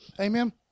Amen